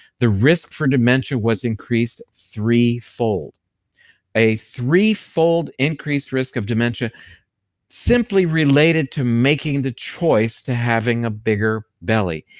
the risk for dementia was increased threefold. a threefold increased risk of dementia simply related to making the choice to having a bigger belly.